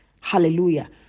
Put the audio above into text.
Hallelujah